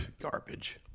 Garbage